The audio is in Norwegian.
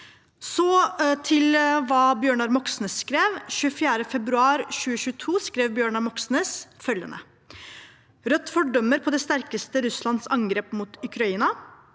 at de ikke fantes. Den 24. februar 2022 skrev Bjørnar Moxnes følgende: «Rødt fordømmer på det sterkeste Russlands angrep mot Ukraina.